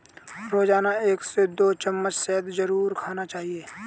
रोजाना एक से दो चम्मच शहद जरुर खाना चाहिए